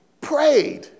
prayed